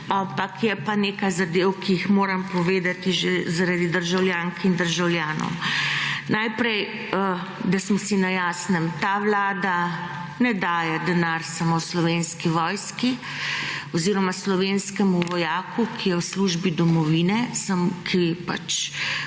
ampak je pa nekaj zadev, ki jih moram povedati že zaradi državljank in državljanov. Najprej, da smo si na jasnem, ta vlada ne daje denar samo Slovenski vojski oziroma slovenskemu vojaku, ki je v službi domovine, ki pač